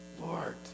Lord